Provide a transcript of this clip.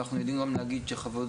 ואנחנו יודעים גם להגיד שחוות